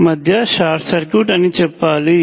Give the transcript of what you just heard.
మధ్య short circuit అని చెప్పాలి